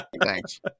Thanks